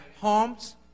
homes